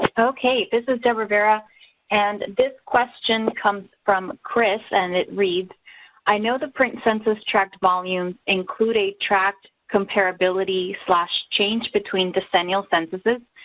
okay this is deb rivera and this question comes from chris and it reads i know the print census tract volumes include a tract comparability slash change between decennial censuses.